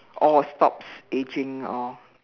or stops ageing or